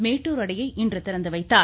மேட்டூர் அணையை இன்று திறந்துவைத்தார்